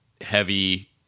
heavy